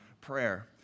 prayer